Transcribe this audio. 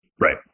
Right